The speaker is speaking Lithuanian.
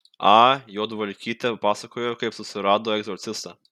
a juodvalkytė pasakojo kaip susirado egzorcistą